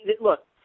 look